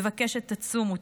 מבקשת: תצומו,